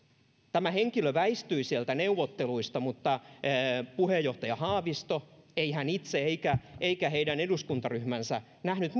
tämä henkilö väistyi sieltä neuvotteluista mutta puheenjohtaja haavisto ei itse eikä heidän eduskuntaryhmänsä nähnyt